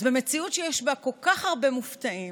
אז במציאות שיש בה כל כך הרבה מובטלים